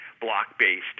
block-based